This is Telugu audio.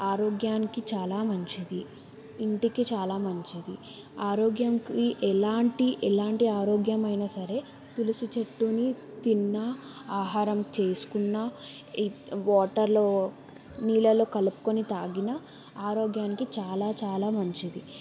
ఆరోగ్యానికి చాలా మంచిది ఇంటికి చాలా మంచిది ఆరోగ్యానికి ఎలాంటి ఎలాంటి ఆరోగ్యమైనా సరే తులసి చెట్టుని తిన్నా ఆహారం చేసుకున్న వాటర్లో నీళ్ళలో కలుపుకుని తాగినా ఆరోగ్యానికి చాలా చాలా మంచిది